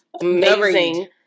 Amazing